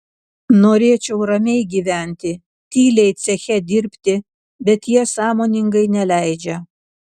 norėčiau ramiai gyventi tyliai ceche dirbti bet jie sąmoningai neleidžia